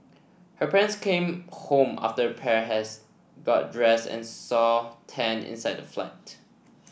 her parents came home after the pair has got dressed and saw Tan inside the flat